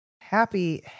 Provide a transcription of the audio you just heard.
Happy